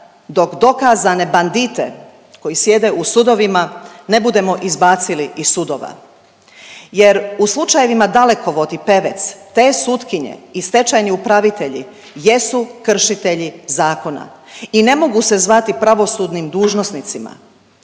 dok dokazane bandite koji sjede u sudovima ne budemo izbacili iz sudova. Jer u slučajevima Dalekovod i Pevec, te sutkinje i stečajni upravitelji jesu kršitelji zakona i ne mogu se znati pravosudnim dužnosnicima,